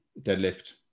deadlift